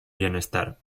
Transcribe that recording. bienestar